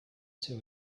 two